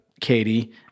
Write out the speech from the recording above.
Katie